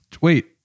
Wait